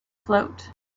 float